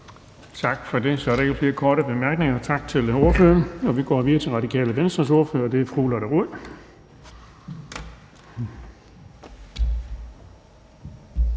Tak for det. Så er der ikke flere korte bemærkninger. Tak til ordføreren. Vi går videre til Radikale Venstres ordfører, og det er fru Lotte Rod.